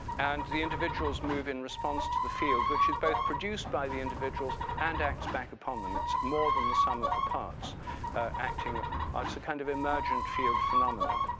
and the individuals move in response to the field, which is both produced produced by the individuals and acts back upon them. it's more than the sum of the parts acting ah it's a kind of emergent field phenomenon.